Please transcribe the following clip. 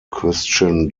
christian